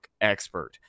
expert